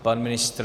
Pan ministr?